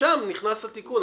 ושם נכנס התיקון,